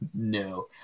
no